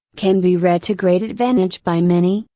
can be read to great advantage by many,